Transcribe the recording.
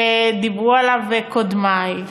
שדיברו עליו קודמי,